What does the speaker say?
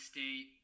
State